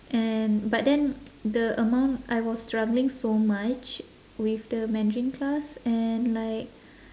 and but then the amount I was struggling so much with the mandarin class and like